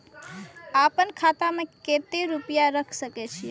आपन खाता में केते रूपया रख सके छी?